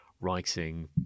writing